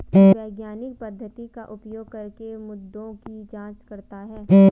वैज्ञानिक पद्धति का उपयोग करके मुद्दों की जांच करता है